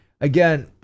again